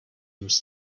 was